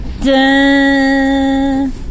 dun